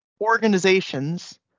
organizations